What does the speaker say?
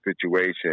situation